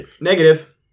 Negative